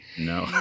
no